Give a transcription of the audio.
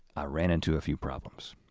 i ran into a few problems.